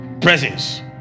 presence